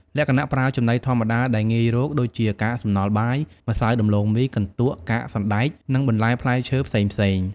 លក្ខណៈ ប្រើចំណីធម្មជាតិដែលងាយរក ដូចជា កាកសំណល់បាយ ម្សៅដំឡូងមី កន្ទក់ កាកសណ្ដែក និងបន្លែផ្លែឈើផ្សេងៗ។